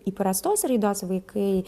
įprastos raidos vaikai